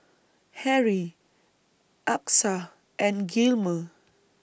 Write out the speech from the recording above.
Harrie Achsah and Gilmer